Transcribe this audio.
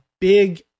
big